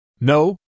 No